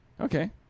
Okay